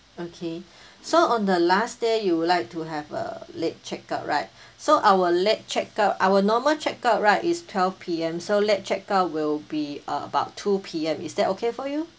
okay so on the last day you would like to have a late checkout right so our late checkout our normal check out right is twelve P_M so late checkout will be uh about two P_M is that okay for you